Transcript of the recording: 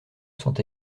sont